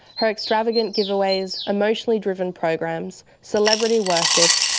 her extravagant giveaways, emotionally driven programs, celebrity worship,